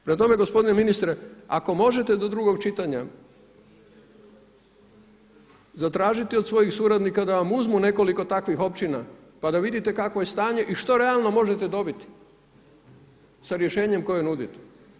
Prema tome gospodine ministre, ako možete do drugog čitanja zatražiti od svojih suradnika da vam uzmu nekoliko takvih općina pa da vidite kakvo je stanje i što realno možete dobiti sa rješenjem koje nudite.